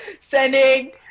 sending